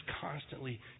constantly